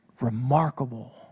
remarkable